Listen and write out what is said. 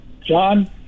John